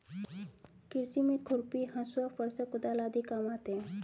कृषि में खुरपी, हँसुआ, फरसा, कुदाल आदि काम आते है